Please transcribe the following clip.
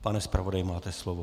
Pane zpravodaji, máte slovo.